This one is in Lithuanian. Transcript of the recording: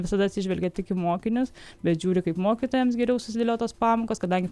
visada atsižvelgia tik į mokinius bet žiūri kaip mokytojams geriau susidėliotos pamokos kadangi